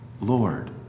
Lord